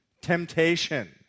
temptation